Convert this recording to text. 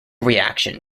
reaction